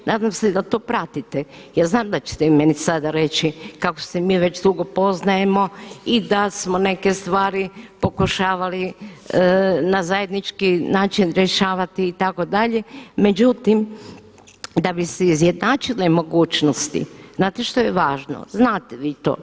Nadam se da to pratite jel znam da ćete vi meni sada reći kako se mi već dugo poznajemo i da smo neke stvari pokušavali na zajednički način rješavati itd. međutim da bi se izjednačile mogućnosti znate što je važno, znate vi to?